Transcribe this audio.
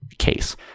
case